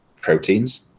proteins